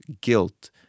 guilt